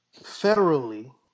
federally